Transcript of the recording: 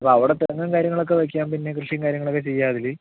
അപ്പൊൾ അവിട തെങ്ങും കാര്യങ്ങൾ ഒക്ക വെയ്ക്കാം പിന്നെ കൃഷിയും കാര്യങ്ങൾ ഒക്കെ ചെയ്യാം അതില്